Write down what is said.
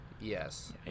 yes